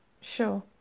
Sure